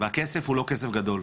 והכסף הוא לא כסף גדול,